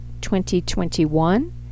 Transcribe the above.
2021